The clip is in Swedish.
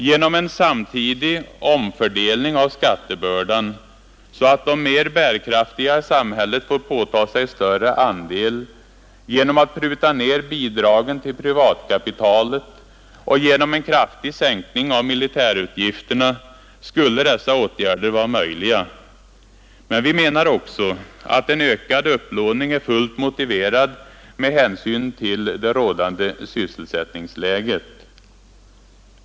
Genom en samtidig omfördelning av skattebördan, så att de mera bärkraftiga i samhället får påta sig större andel, genom att pruta ner bidragen till privatkapitalet och genom en kraftig sänkning av militärutgifterna skulle dessa åtgärder vara möjliga. Men vi menar också att en ökad upplåning är fullt motiverad med hänsyn till det rådande sysselsättningsläget.